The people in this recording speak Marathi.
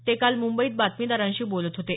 ते काल मुंबईत बातमीदारांशी बोलत होते